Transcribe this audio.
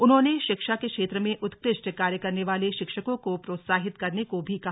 उन्होंने शिक्षा के क्षेत्र में उतकृष्ट कार्य करने वाले शिक्षकों को प्रोत्साहित करने को भी कहा